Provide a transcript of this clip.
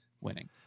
winning